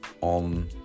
on